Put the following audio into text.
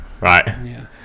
right